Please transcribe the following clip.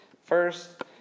First